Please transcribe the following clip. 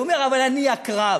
הוא עונה, אבל אני עקרב.